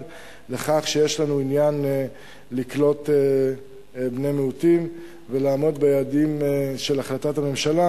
לכך שיש לנו עניין לקלוט בני מיעוטים ולעמוד ביעדים של החלטת הממשלה,